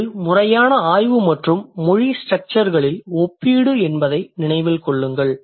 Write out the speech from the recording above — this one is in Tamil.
இது முறையான ஆய்வு மற்றும் மொழி ஸ்டெரெக்சர்களின் ஒப்பீடு என்பதை நினைவில் கொள்ளுங்கள்